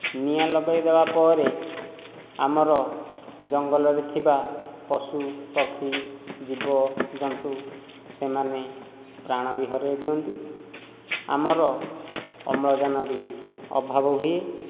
ନିଆଁ ଲଗାଇ ଦେବା ପରେ ଆମର ଜଙ୍ଗଲରେ ଥିବା ପଶୁ ପକ୍ଷୀ ଜୀବ ଜନ୍ତୁ ସେମାନେ ପ୍ରାଣ ବି ହରାଇ ଦିଅନ୍ତି ଆମର ଅମ୍ଳଜାନ ବି ଅଭାବ ହୁଏ